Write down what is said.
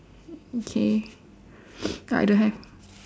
okay I don't have